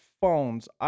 phones